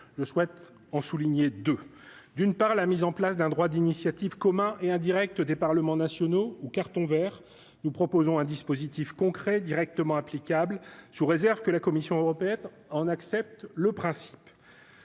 je souhaite en souligner de, d'une part, la mise en place d'un droit d'initiative commun et indirects des parlements nationaux ou carton Vert, nous proposons un dispositif concret directement applicable sous réserve que la Commission européenne en accepte le principe.